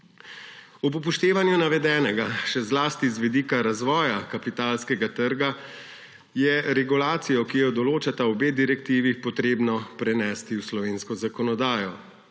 Ob upoštevanju navedenega, še zlasti z vidika razvoja kapitalskega trga, je regulacijo, ki jo določata obe direktivi, treba prenesti v slovensko zakonodajo.